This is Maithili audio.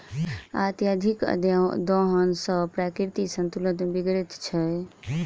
अत्यधिक दोहन सॅ प्राकृतिक संतुलन बिगड़ैत छै